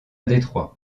detroit